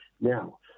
Now